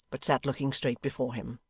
but sat looking straight before him.